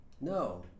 No